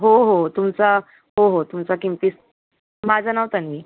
हो हो तुमचा हो हो तुमचा किमती माझं नाव तन्वी